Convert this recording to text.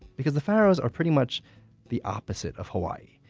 because the faroes are pretty much the opposite of hawaii.